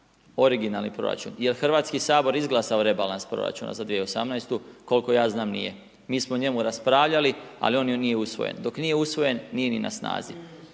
originalni proračun, jel Hrvatski sabor izglasao rebalans proračuna za 2018. kolko ja znam nije, mi smo o njemu raspravljali ali on nije usvojen. Dok nije usvojen nije ni na snazi.